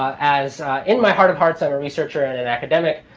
as in my heart of hearts i'm a researcher and an academic,